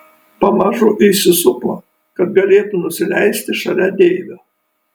pamažu įsisupo kad galėtų nusileisti šalia deivio